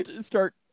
start